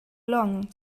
long